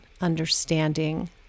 understanding